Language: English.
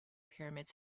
pyramids